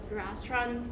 restaurant